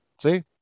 See